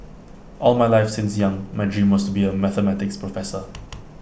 all my life since young my dream was to be A mathematics professor